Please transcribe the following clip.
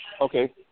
Okay